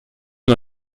nur